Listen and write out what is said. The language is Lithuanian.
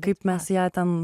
kaip mes ją ten